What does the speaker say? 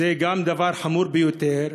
גם זה דבר חמור ביותר.